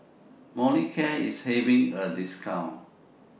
Molicare IS having A discount